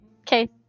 okay